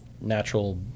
natural